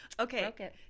Okay